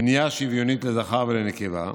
פנייה שוויונית לזכר ולנקבה,